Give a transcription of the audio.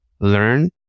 learn